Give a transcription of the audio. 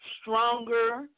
Stronger